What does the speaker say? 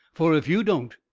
for if you don't,